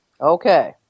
Okay